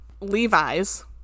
Levi's